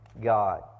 God